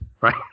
right